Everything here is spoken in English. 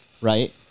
right